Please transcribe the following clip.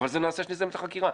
אבל זה נעשה כשמסיימים את החקירה.